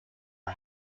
are